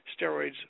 steroids